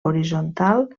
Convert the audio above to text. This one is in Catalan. horitzontal